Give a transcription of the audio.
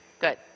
Good